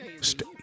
Stay